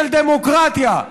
של דמוקרטיה.